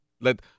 let